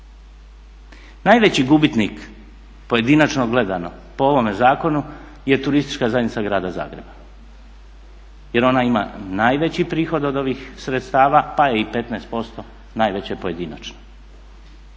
Najveći gubitnik pojedinačno gledano po ovome zakonu je Turistička zajednica Grada Zagreba jer ona ima najveći prihod od ovih sredstava pa je i 15% najveće pojedinačno.